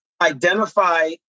identify